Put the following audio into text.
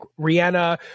Rihanna